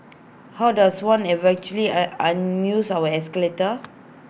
how does one A an misuse of escalator